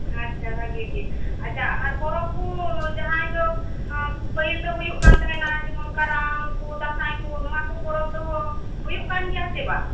ᱟᱪᱪᱷᱟ ᱵᱷᱟᱜᱤ ᱜᱮ ᱟᱪᱪᱷᱟ ᱟᱨ ᱯᱚᱨᱚᱵᱽ ᱠᱩ ᱡᱟᱦᱟᱭ ᱫᱚ ᱯᱟᱹᱦᱤᱞ ᱫᱚ ᱦᱩᱭᱩᱜ ᱠᱟᱱ ᱛᱟᱸᱦᱮᱱᱟ ᱡᱮᱢᱚᱱ ᱠᱟᱨᱟᱢ ᱠᱩ ᱫᱟᱸᱥᱟᱭ ᱠᱩ ᱱᱚᱣᱟ ᱯᱚᱨᱚᱵᱽ ᱫᱚ ᱦᱩᱭᱩᱜ ᱠᱟᱱ ᱜᱮᱭᱟ ᱥᱮ ᱵᱟᱝ